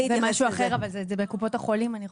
זה משהו אחר אבל זה בקופות החולים.